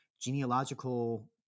genealogical